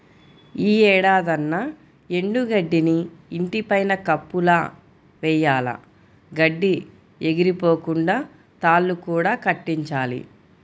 యీ ఏడాదన్నా ఎండు గడ్డిని ఇంటి పైన కప్పులా వెయ్యాల, గడ్డి ఎగిరిపోకుండా తాళ్ళు కూడా కట్టించాలి